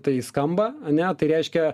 tai skamba ane tai reiškia